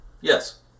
Yes